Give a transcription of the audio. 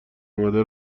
آمده